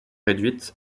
réduite